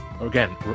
Again